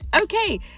Okay